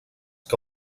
que